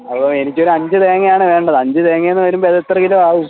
അപ്പോൾ എനിക്ക് ഒര് അഞ്ച് തേങ്ങ ആണ് വേണ്ടത് അഞ്ച് തേങ്ങ എന്ന് വരുമ്പോൾ ഇത് എത്ര കിലോ ആവും